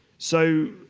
so,